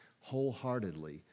wholeheartedly